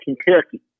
Kentucky